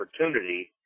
opportunity